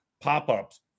pop-ups